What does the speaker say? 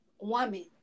woman